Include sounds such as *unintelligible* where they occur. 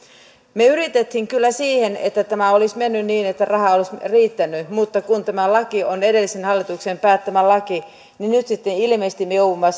me yritimme kyllä sitä että tämä olisi mennyt niin että raha olisi riittänyt mutta kun tämä laki on edellisen hallituksen päättämä laki niin nyt sitten ilmeisesti me joudumme *unintelligible*